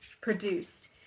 produced